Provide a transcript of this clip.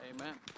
Amen